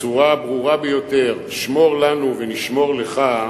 בצורה הברורה ביותר "שמור לנו ונשמור לך",